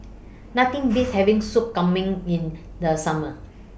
Nothing Beats having Soup Kambing in The Summer